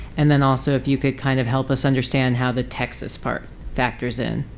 and then also if you could kind of help us understand how the texas part factors in.